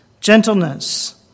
gentleness